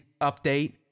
update